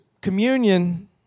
communion